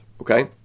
okay